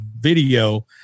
video